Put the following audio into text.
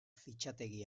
fitxategi